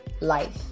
life